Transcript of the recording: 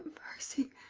mercy.